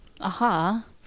Aha